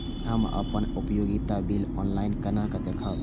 हम अपन उपयोगिता बिल ऑनलाइन केना देखब?